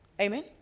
Amen